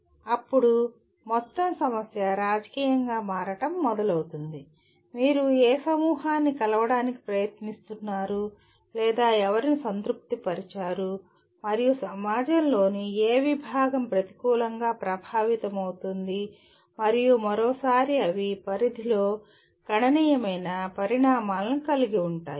అప్పుడు మొత్తం సమస్య రాజకీయంగా మారడం మొదలవుతుంది మీరు ఏ సమూహాన్ని కలవడానికి ప్రయత్నిస్తున్నారు లేదా ఎవరిని సంతృప్తిపరిచారు మరియు సమాజంలోని ఏ విభాగం ప్రతికూలంగా ప్రభావితమవుతుంది మరియు మరోసారి అవి పరిధిలో గణనీయమైన పరిణామాలను కలిగి ఉంటాయి